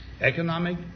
economic